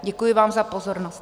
Děkuji vám za pozornost.